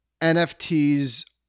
NFTs